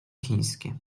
chińskie